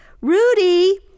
Rudy